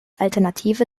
alternative